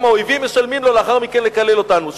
וגם האויבים משלמים לו לאחר מכן לקלל אותנו.